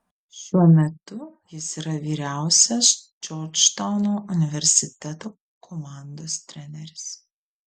šiuo metu jis yra vyriausias džordžtauno universiteto komandos treneris